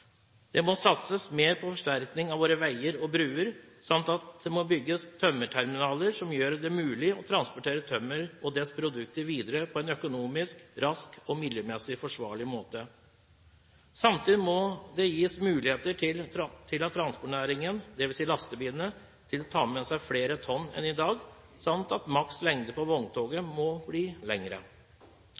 Det må satses mer på forsterkning av våre veier og broer samt at det må bygges tømmerterminaler som gjør det mulig å transportere tømmer og dets produkter videre på en økonomisk, rask og miljømessig forsvarlig måte. Samtidig må det gis muligheter til at transportnæringen, dvs. lastebilene, kan ta med seg flere tonn enn i dag, samt at maks lengde på vogntoget må bli lengre.